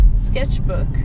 sketchbook